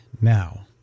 now